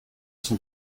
son